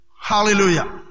Hallelujah